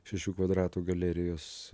šešių kvadratų galerijos